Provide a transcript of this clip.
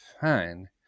fine